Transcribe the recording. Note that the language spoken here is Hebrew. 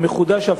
אפילו המחודש,